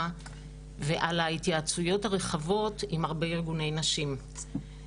ועל ההתייעצויות הרחבות עם הרבה ארגוני נשים.